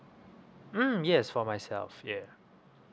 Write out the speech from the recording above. mm yes for myself yeah